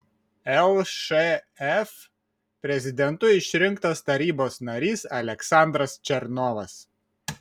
lšf prezidentu išrinktas tarybos narys aleksandras černovas